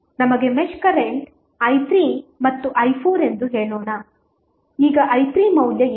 ನಮಗೆ mesh current i3 ಮತ್ತು i4 ಎಂದು ಹೇಳೋಣಈಗ i3 ಮೌಲ್ಯ ಏನು